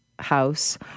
house